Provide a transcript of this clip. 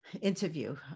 interview